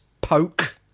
poke